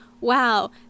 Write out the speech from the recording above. wow